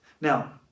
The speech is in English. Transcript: Now